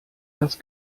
das